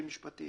משהו כזה.